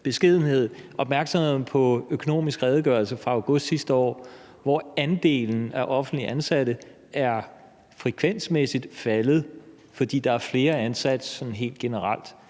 beskedenhed henlede opmærksomheden på Økonomisk Redegørelse fra august sidste år, hvori der står, at andelen af offentligt ansatte frekvensmæssigt er faldet, fordi der helt generelt